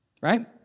Right